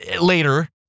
later